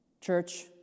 Church